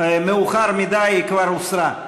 מאוחר מדי, היא כבר הוסרה.